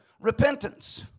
repentance